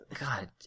God